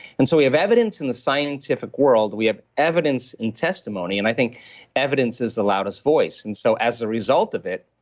and so we have evidence in the scientific world, we have evidence in testimony, and i think evidence is the loudest voice. and so as a result of it,